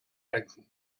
denken